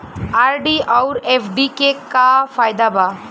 RD आउर FD के का फायदा बा?